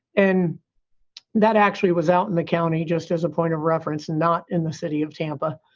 and that actually was out in the county just as a point of reference. not in the city of tampa,